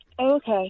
Okay